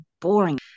boring